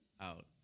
Out